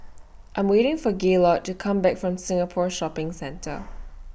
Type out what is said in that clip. I Am waiting For Gaylord to Come Back from Singapore Shopping Centre